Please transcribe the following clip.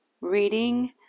reading